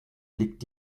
liegt